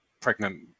pregnant